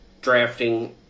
drafting